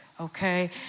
okay